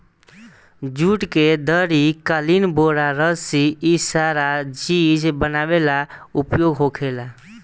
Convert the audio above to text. जुट के दरी, कालीन, बोरा, रसी इ सारा चीज बनावे ला उपयोग होखेला